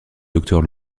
docteur